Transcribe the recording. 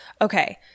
Okay